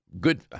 good